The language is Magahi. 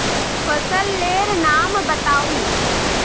फसल लेर नाम बाताउ?